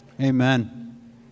Amen